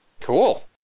Cool